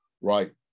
right